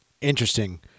Interesting